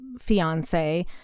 fiance